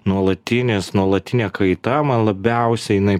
nuolatinis nuolatinė kaita man labiausia jinai